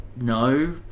No